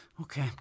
Okay